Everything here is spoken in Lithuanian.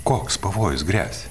koks pavojus gresia